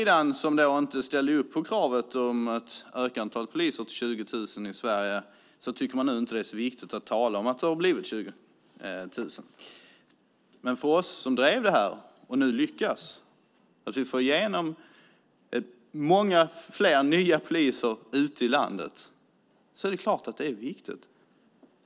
De som inte ställde upp på kravet att öka antalet poliser i Sverige till 20 000 tycker inte att det nu är så viktigt att säga att det blivit 20 000. För oss som drev den frågan, och lyckas få många nya poliser ute i landet, är den självfallet viktig.